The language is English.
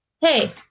Hey